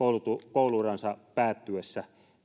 koulu uransa päättyessä